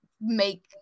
make